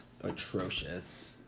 atrocious